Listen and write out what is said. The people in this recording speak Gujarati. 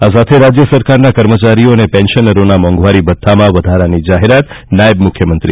રાજ્ય સરકારના કર્મચારીઓ અને પેન્શનરોના મોંધવારી ભથ્થામાં વધારાની જાહેરાત કરતાં નાયબ મુખ્યમંત્રી